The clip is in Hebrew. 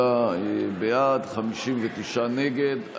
47 בעד, 59 נגד.